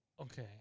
Okay